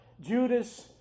Judas